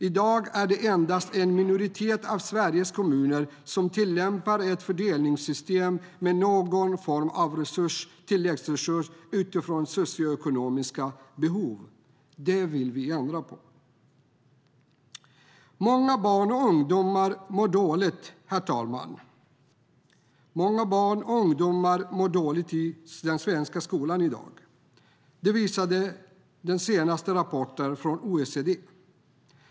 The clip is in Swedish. I dag är det endast en minoritet av Sveriges kommuner som tillämpar ett fördelningssystem med någon form av tilläggsresurs utifrån socioekonomiska behov. Det vill vi ändra på. Många barn och ungdomar mår dåligt, herr talman. Många barn och ungdomar mår dåligt i den svenska skolan i dag. Det visade den senaste rapporten från OECD.